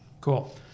cool